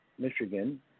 Michigan